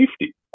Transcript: safety